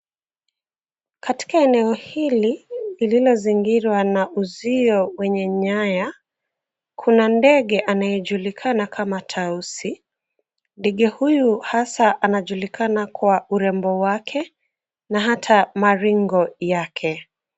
Katika eneo hili ililozingirwa na uzio wa wenye nyaya, kuna ndege anayejulikana kama tausi. Ndege huyu hasa anajulikana kwa urembo wake na hata maringo yake.